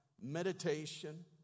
meditation